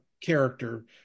character